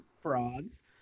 frauds